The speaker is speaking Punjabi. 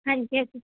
ਹਾਂਜੀ ਅਸੀਂ